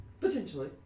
Potentially